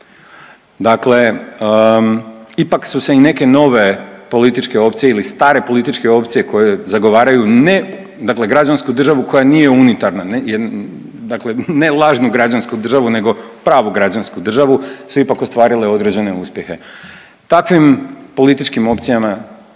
Dakle ipak su se i neke nove političke opcije ili stare političke opcije koje zagovaraju ne dakle građansku državu koja nije unitarna, dakle ne lažnu građansku državu nego pravu građansku državu su ipak ostvarile određene uspjehe. Takvim političkim opcijama